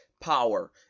power